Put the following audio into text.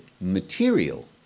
material